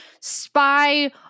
spy